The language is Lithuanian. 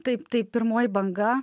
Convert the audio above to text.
taip tai pirmoji banga